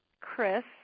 Chris